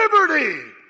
liberty